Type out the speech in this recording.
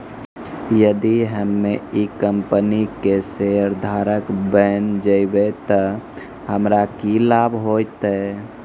यदि हम्मै ई कंपनी के शेयरधारक बैन जैबै तअ हमरा की लाभ होतै